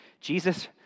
Jesus